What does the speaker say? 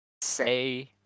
say